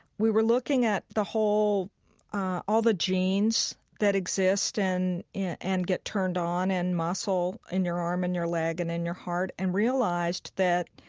we were looking at the whole all the genes that exist and and get turned on in muscle in your arm, in your leg, and in your heart, and realized that